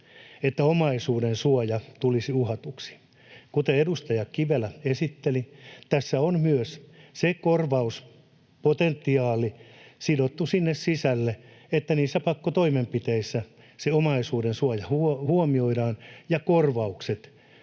tällä omaisuudensuoja tulisi uhatuksi. Kuten edustaja Kivelä esitteli, tässä on myös korvauspotentiaali sidottu sinne sisälle, niin että niissä pakkotoimenpiteissä se omaisuudensuoja huomioidaan ja korvaukset